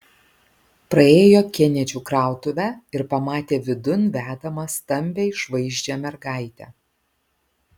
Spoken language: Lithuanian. praėjo kenedžių krautuvę ir pamatė vidun vedamą stambią išvaizdžią mergaitę